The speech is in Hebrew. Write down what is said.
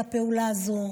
על הפעולה הזו,